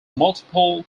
multiple